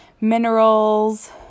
minerals